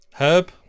Herb